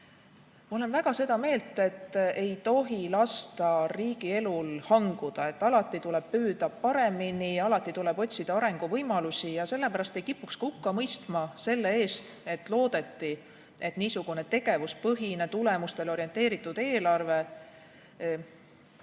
Ma olen väga seda meelt, et ei tohi lasta riigielul hanguda. Alati tuleb püüda paremini, alati tuleb otsida arenguvõimalusi. Sellepärast ei kipuks hukka mõistma selle eest, et loodeti, et niisugune tegevuspõhine, tulemustele orienteeritud eelarve muudab